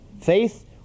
Faith